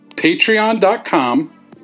Patreon.com